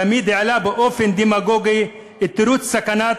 תמיד העלה באופן דמגוגי את תירוץ סכנת